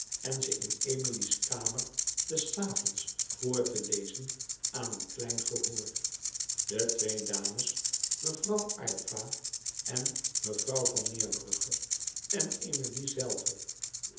en ze in emilie's kamer des avonds voor te lezen aan een klein gehoor de twee dames mevrouw aylva en mevrouw van neerbrugge en emilie zelve